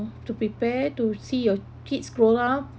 to prepare to see your kids grow up